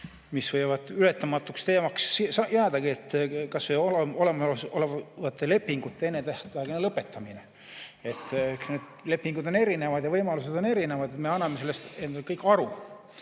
mis võivad ületamatuks teemaks jäädagi, kas või olemasolevate lepingute ennetähtaegne lõpetamine. Eks need lepingud on erinevad ja võimalused on erinevad, me kõik anname sellest endale aru.